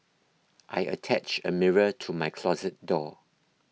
I attached a mirror to my closet door